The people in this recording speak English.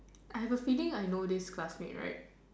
I have a feeling like I know this classmate right